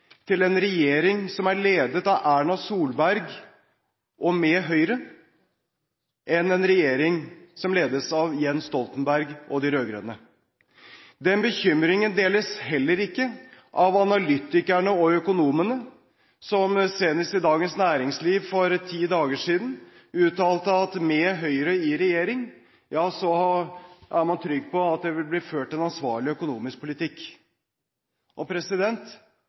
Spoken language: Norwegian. til en regjering som er ledet av Erna Solberg, med Høyre, enn til en regjering som ledes av Jens Stoltenberg og de rød-grønne. Den bekymringen deles heller ikke av analytikerne og økonomene som senest i Dagens Næringsliv for noen dager siden uttalte at med Høyre i regjering er man trygg på at det vil bli ført en ansvarlig økonomisk politikk.